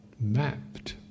mapped